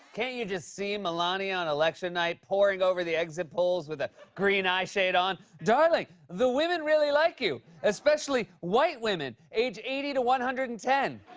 can't you just see melania on election night poring over the exit polls with a green eye shade on? darling, the women really like you, especially white women age eighty to one hundred and ten.